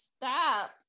stop